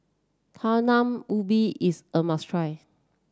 Talam Ubi is a must try